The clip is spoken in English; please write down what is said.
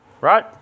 right